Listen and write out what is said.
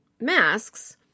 masks